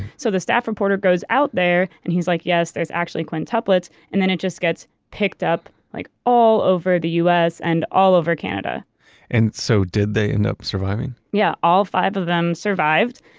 so the staff reporter goes out there and he's like, yes, there's actually quintuplets. and then it just gets picked up like all over the us and all over canada and so did they end up surviving? yeah. all five of them survived.